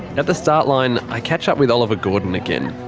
at the start line, i catch up with oliver gordon again.